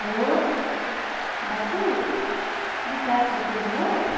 hello दाजु Bikas hotel हो